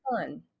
fun